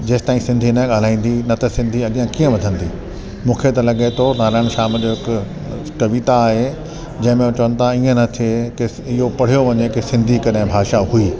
जेसि ताईं सिंधी न ॻाल्हाईंदी न त सिंंधी अॻियां कीअं वधंदी मूंखे त लॻे थो नारायण शाम जो हिकु कविता आहे जंहिंमें चवनि था ईअं न थिए के इहो पढ़ियो वञे के सिंधी कॾहिं भाषा हुई